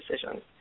decisions